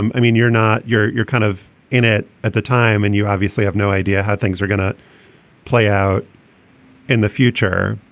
um i mean, you're not you're you're kind of in it at the time and you obviously have no idea how things are gonna play out in the future.